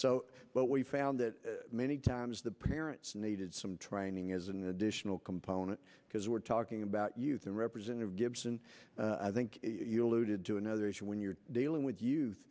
what we found that many times the parents needed some training is an additional component because we're talking about youth and representative gibson i think you'll looted to another issue when you're dealing with youth